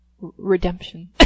Redemption